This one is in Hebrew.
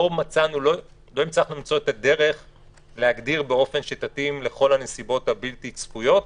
לא הצלחנו למצוא את הדרך להגדיר באופן שיתאים לכל הנסיבות הבלתי צפויות,